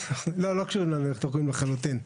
לא קשורים לדרכונים לחלוטין.